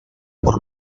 por